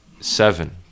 seven